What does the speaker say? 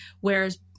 whereas